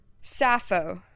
Sappho